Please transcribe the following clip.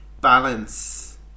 balance